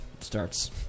Starts